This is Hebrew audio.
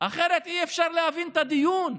אחרת אי-אפשר להבין את הדיון.